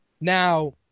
Now